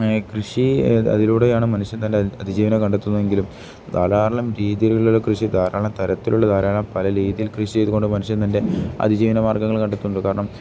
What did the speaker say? കൃഷി അതിലൂടെയാണ് മനുഷ്യൻ തൻ്റെ അതിജീവനം കണ്ടെത്തുന്നതെങ്കിലും ധാരാളം രീതിയിലുള്ള കൃഷി ധാരാളം തരത്തിലുള്ള ധാരാളം പല രീതിയിൽ കൃഷി ചെയ്ത കൊണ്ട് മനുഷ്യൻ അതിജീവന മാർഗ്ഗങ്ങൾ കണ്ടെത്തുന്നുണ്ട് കാരണം